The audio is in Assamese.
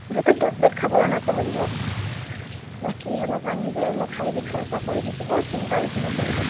মুঠতে টেবলেট খাব নাপাহৰিব বাকী অলপমান নিজৰ শাৰীৰিক চৰ্চা কৰি থাকিব চিন্তা বেছি নকৰিব